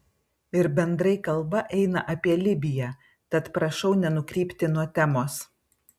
ir bendrai kalba eina apie libiją tad prašau nenukrypti nuo temos